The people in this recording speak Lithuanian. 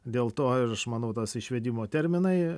dėl to ir aš manau tas išvedimo terminai